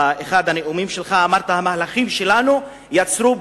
באחד הנאומים שלך, אמרת: המהלכים שלנו יצרו "בום"